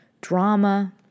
drama